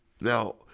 Now